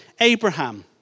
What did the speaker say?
Abraham